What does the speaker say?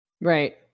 Right